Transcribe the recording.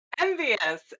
Envious